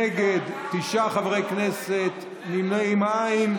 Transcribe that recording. נגד, תשעה חברי כנסת, נמנעים, אין.